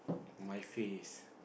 my face